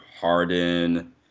Harden